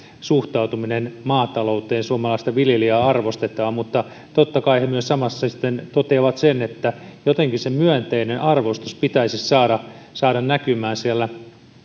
suhtautuminen maatalouteen suomalaista viljelijää arvostetaan mutta totta kai he samassa sitten myös toteavat sen että jotenkin se myönteinen arvostus pitäisi saada saada näkymään siellä